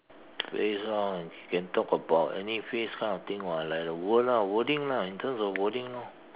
based on you can talk about any phrase kind of thing [what] like the word lah wording lah in terms of wordings lor